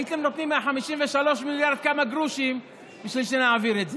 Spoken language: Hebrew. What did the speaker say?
הייתם נותנים מה-53 מיליארד כמה גרושים בשביל שנעביר את זה.